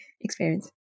experience